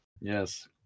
Yes